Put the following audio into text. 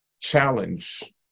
challenge